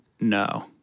No